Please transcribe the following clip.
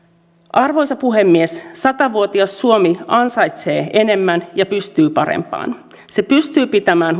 arvoisa puhemies sata vuotias suomi ansaitsee enemmän ja pystyy parempaan se pystyy pitämään